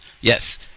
Yes